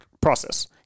process